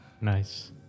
Nice